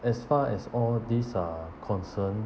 as far as all these are concerned